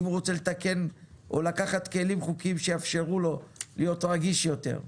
אם הוא רוצה או לקחת כלים חוקיים שיאפשרו לו להיות רגיש יותר,